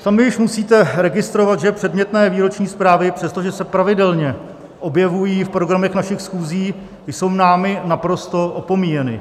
Sami už musíte registrovat, že předmětné výroční zprávy, přestože se pravidelně objevují v programech našich schůzí, jsou námi naprosto opomíjeny.